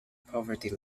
poverty